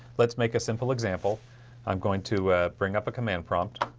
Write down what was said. let's make a simple example i'm going to bring up a command prompt